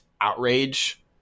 Outrage